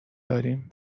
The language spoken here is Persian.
داریم